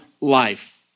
life